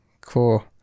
cool